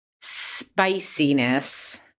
spiciness